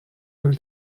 will